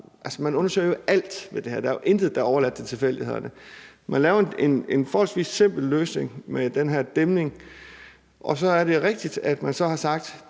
Man undersøger jo alt i det her; der er intet, der er overladt til tilfældighederne. Man laver en forholdsvis simpel løsning med den her dæmning, og så er det rigtigt, at man så har sagt,